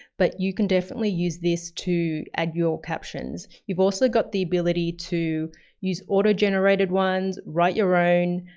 but you can definitely use this to add your captions. you've also got the ability to use auto-generated ones. write your own,